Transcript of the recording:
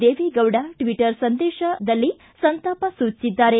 Deve Gowda Twitter ಸಂದೇಶ ಸಂತಾಪ ಸೂಚಿಸಿದ್ದಾರೆ